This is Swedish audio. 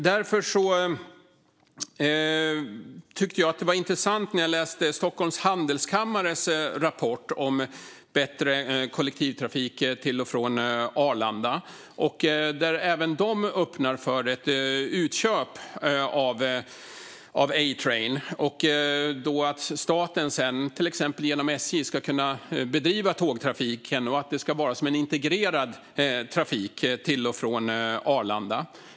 Därför tyckte jag att det var intressant att läsa Stockholms Handelskammares rapport om bättre kollektivtrafik till och från Arlanda att även de öppnar för ett utköp av A-Train och menar att staten sedan, till exempel genom SJ, ska kunna bedriva tågtrafik och att det ska vara som en integrerad trafik till och från Arlanda.